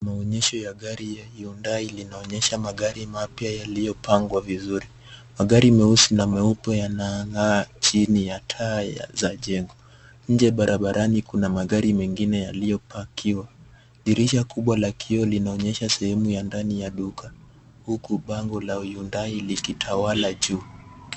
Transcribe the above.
Maonyesho ya gari ya Hyundai linaonyesha magari mapya yaliyopangwa vizuri. Magari meusi na meupe yanang'aa chini ya taa za jengo. Nje ya barabarani kuna magari mengine yaliyopakiwa. Dirisha kubwa la kioo linaonyesha sehemu ya ndani ya duka huku bango la Hyundai likitawala juu.